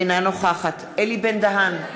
אינה נוכחת אלי בן-דהן,